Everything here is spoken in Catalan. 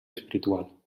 espiritual